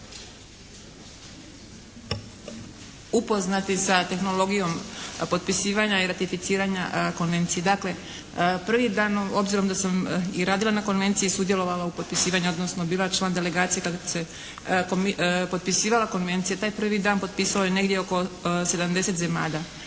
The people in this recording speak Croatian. upoznati sa tehnologijom potpisivanja i ratificiranja Konvencije. Dakle, prvim danom, obzirom da sam i radila na Konvenciji i sudjelovala u potpisivanju, odnosno bila član delegacije kad se potpisivala Konvencija, taj prvi dan potpisalo je negdje oko 70 zemalja.